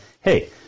hey